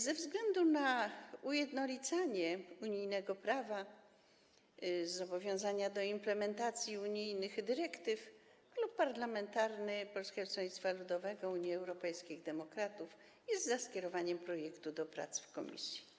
Ze względu na ujednolicanie unijnego prawa, zobowiązanie do implementacji unijnych dyrektyw, Klub Poselski Polskiego Stronnictwa Ludowego - Unii Europejskich Demokratów jest za skierowaniem projektu do prac w komisji.